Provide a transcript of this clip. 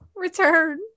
Return